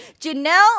Janelle